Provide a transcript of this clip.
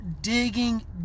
digging